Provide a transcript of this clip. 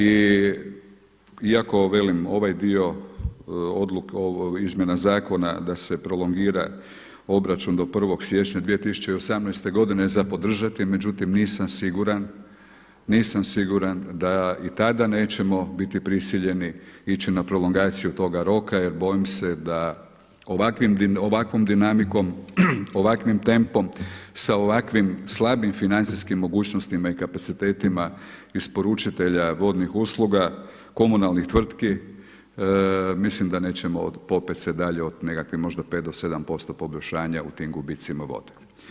Iako velim ovaj dio izmjena zakona da se prolongira obračun do 1. siječnja 2018. godine je za podržati, međutim nisam siguran da i tada nećemo biti prisiljeni ići na prolongaciju toga roka jer bojim se da ovakvom dinamikom, ovakvim tempom sa ovakvim slabim financijskim mogućnostima i kapacitetima isporučitelja vodnih usluga komunalnih tvrtki mislim da nećemo popet se dalje od nekakvih možda 5 do 7% poboljšanja u tim gubicima vode.